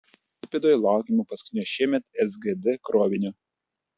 klaipėdoje laukiama paskutinio šiemet sgd krovinio